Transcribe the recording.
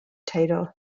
title